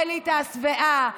האליטה השבעה,